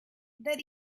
that